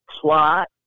plot